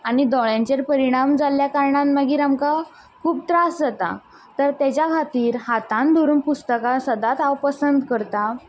आनी दोळ्यांचेर परिणाम जाल्ले कारणान मागीर आमकां खूब त्रास जाता तर तेच्या खातीर हातांन धरून पुस्तकां हांव सदांच पसंद करता